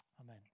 Amen